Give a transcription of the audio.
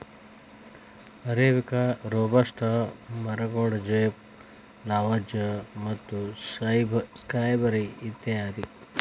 arabica, robusta, ಮರಗೋಡಜೇಪ್, Lavazza ಮತ್ತು ಸ್ಕೈಬರಿ ಇತ್ಯಾದಿ